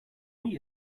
meet